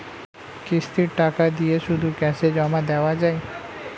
কিস্তির টাকা দিয়ে শুধু ক্যাসে জমা দেওয়া যায়?